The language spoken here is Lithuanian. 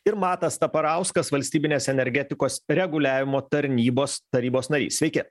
ir matas taparauskas valstybinės energetikos reguliavimo tarnybos tarybos narys sveiki